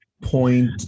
point